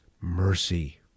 mercy